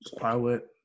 Pilot